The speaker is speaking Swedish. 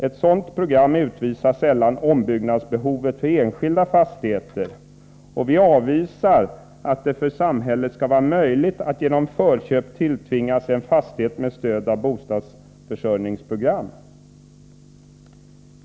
Ett sådant program utvisar sällan ombyggnadsbehovet för enskilda fastigheter. Vi avvisar tanken att det för samhället skall vara möjligt att genom förköp tilltvinga sig en fastighet med stöd av ett bostadsförsörjningsprogram.